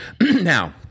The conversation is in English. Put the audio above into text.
Now